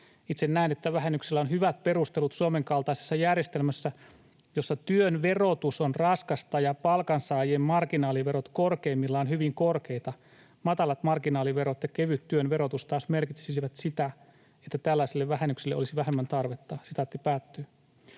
Itse näen, että vähennyksellä on hyvät perustelut Suomen kaltaisessa järjestelmässä, jossa työn verotus on raskasta ja palkansaajien marginaaliverot korkeimmillaan hyvin korkeita. Matalat marginaaliverot ja kevyt työn verotus taas merkitsisivät sitä, että tällaiselle vähennykselle olisi vähemmän tarvetta.” Hallitukselta